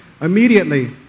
immediately